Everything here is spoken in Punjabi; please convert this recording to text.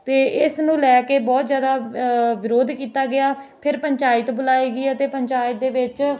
ਅਤੇ ਇਸ ਨੂੰ ਲੈ ਕੇ ਬਹੁਤ ਜ਼ਿਆਦਾ ਵਿਰੋਧ ਕੀਤਾ ਗਿਆ ਫਿਰ ਪੰਚਾਇਤ ਬੁਲਾਈ ਗਈ ਅਤੇ ਪੰਚਾਇਤ ਦੇ ਵਿੱਚ